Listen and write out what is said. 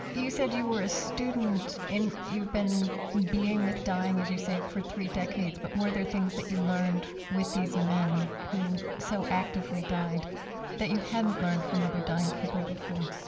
you said you were a student, and you've been being with dying, as you say, for three decades, but were there things that you learned with these men who so actively died that you hadn't learned from other dying people before?